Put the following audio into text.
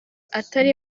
atari